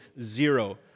zero